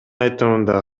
айтымында